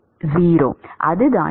மாணவன் அதுதான்